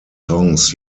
songs